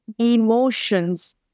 emotions